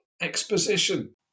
Exposition